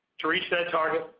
to reach so target,